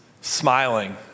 smiling